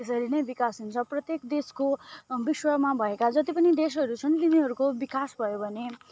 त्यसरी नै विकास हुन्छ प्रत्येक देशको विश्वमा भएका जति पनि देशहरू छन् तिनीहरूको विकास भयो भने